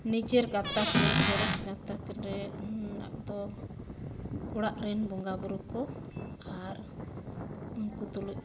ᱱᱤᱡᱮᱨ ᱜᱟᱛᱟᱠ ᱨᱮᱱ ᱥᱚᱨᱮᱥ ᱜᱟᱛᱟᱠ ᱨᱮᱱᱟᱜ ᱫᱚ ᱚᱲᱟᱜ ᱨᱮᱱ ᱵᱚᱸᱜᱟ ᱵᱩᱨᱩ ᱠᱚ ᱟᱨ ᱩᱱᱠᱩ ᱛᱩᱞᱩᱡᱽ